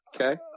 Okay